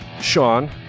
Sean